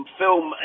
film